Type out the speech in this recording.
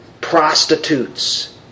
prostitutes